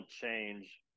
change